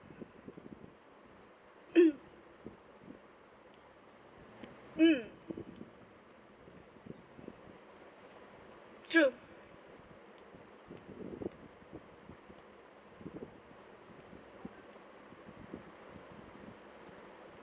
mm true